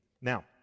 Now